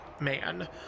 man